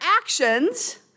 actions